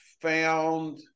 found